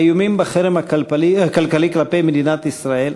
האיומים בחרם הכלכלי כלפי מדינת ישראל,